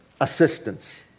assistance